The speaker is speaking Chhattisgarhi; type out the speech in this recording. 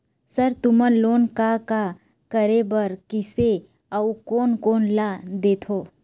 सर तुमन लोन का का करें बर, किसे अउ कोन कोन ला देथों?